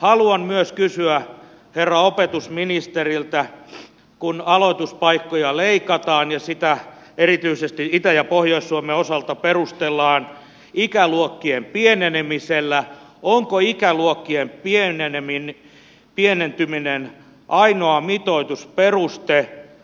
haluan myös kysyä herra opetusministeriltä kun aloituspaikkoja leikataan ja sitä erityisesti itä ja pohjois suomen osalta perustellaan ikäluokkien pienenemisellä onko ikäluokkien pienentyminen ainoa mitoitusperuste